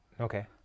Okay